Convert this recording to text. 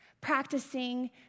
Practicing